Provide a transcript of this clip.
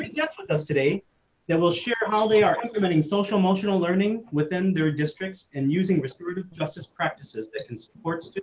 guess what does today that will share how they are implementing social emotional learning within their districts and using restorative justice practices that can support that.